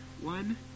one